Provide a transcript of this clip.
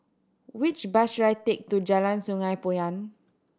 which bus should I take to Jalan Sungei Poyan